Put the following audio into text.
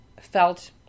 felt